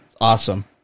Awesome